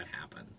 happen